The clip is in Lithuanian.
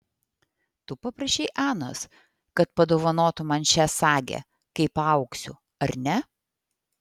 tu paprašei anos kad padovanotų man šią sagę kai paaugsiu ar ne